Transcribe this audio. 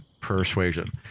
persuasion